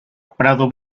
prado